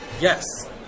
yes